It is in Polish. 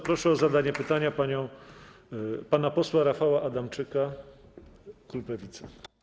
Proszę o zadanie pytania pana posła Rafała Adamczyka, klub Lewica.